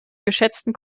geschätzten